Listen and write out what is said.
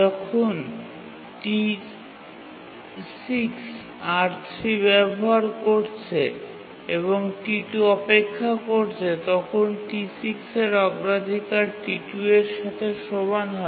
যখন T6 R3 ব্যবহার করছে এবং T2 অপেক্ষা করছে তখন T6 এর অগ্রাধিকার T2 এর সাথে সমান হয়